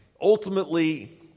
Ultimately